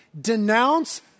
denounce